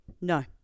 No